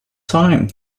time